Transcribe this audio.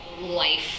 life